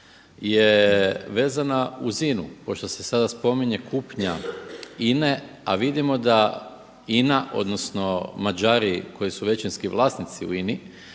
je vezana uz INA-u pošto se sada spominje kupnja INA-e a vidimo da INA odnosno Mađari koji su većinski vlasnici u INA-i